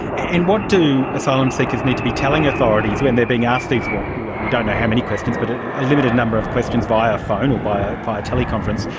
and what do asylum seekers need to be telling authorities when they're being asked these what, we um we don't know how many questions, but a limited number of questions via phone or via via teleconference.